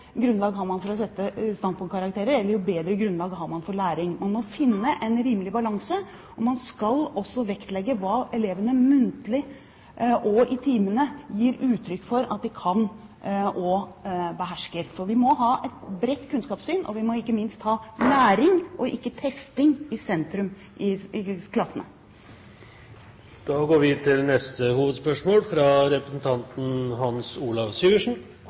grunnlag har man for å sette standpunktkarakterer, eller jo bedre grunnlag har man for læring. Man må finne en rimelig balanse, og man skal også vektlegge hva elevene muntlig og i timene gir uttrykk for at de kan og behersker. Så vi må ha et bredt kunnskapssyn, og vi må ikke minst ha læring og ikke testing i sentrum i klassene. Vi går til neste hovedspørsmål.